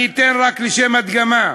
אני אתן, רק לשם הדגמה: